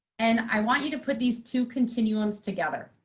and i want you to put these two continuums together.